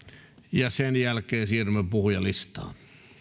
ja sen jälkeen siirrymme puhujalistaan